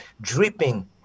dripping